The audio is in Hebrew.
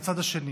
מהצד השני.